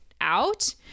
out